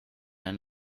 ein